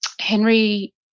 Henry